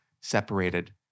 separated